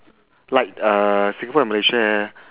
like uh singapore and malaysia